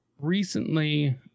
recently